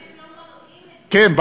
לא מראים את זה, כן.